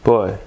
Boy